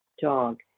dog